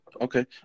Okay